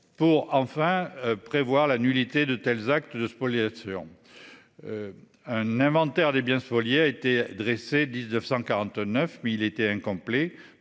Pour enfin prévoir la nullité de tels actes de spoliation. Un inventaire des biens spoliés a été dressé 1949 1000 était incomplet.